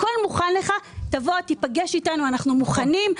הכול מוכן לך, תבוא, תיפגש איתנו, אנחנו מוכנים.